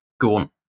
Gaunt